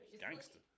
Gangster